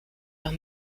los